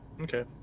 okay